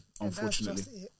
unfortunately